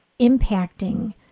impacting